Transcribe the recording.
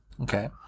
Okay